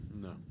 No